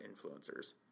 influencers